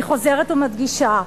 אני חוזרת ומדגישה,